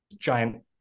giant